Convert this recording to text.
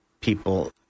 people